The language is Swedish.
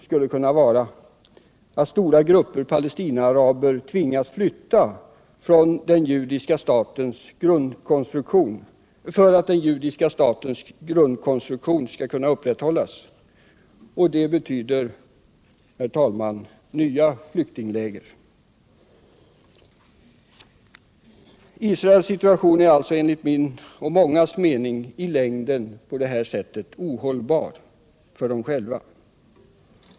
Stora grupper Palestinaaraber tvingas flytta för att den judiska statens grundkonstruktion skall kunna upprätthållas. Det betyder nya flyktingläger.” Situationen är alltså enligt min och mångas mening i längden ohållbar för Israel självt.